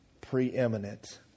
preeminent